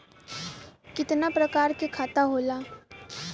कितना प्रकार के खाता होला?